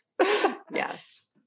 Yes